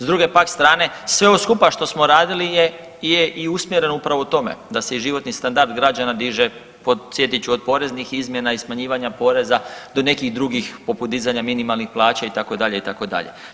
S druge pak strane sve ovo skupa što smo radili je i usmjereno upravo tome, da se životni standard građana diže podsjetit ću od poreznih izmjena i smanjivanja poreza do nekih drugih podizanja minimalnih plaća itd. itd.